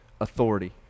authority